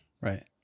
Right